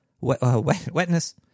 wetness